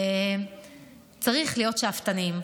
צריך להיות שאפתנים.